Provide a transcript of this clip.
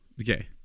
Okay